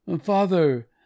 Father